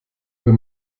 wir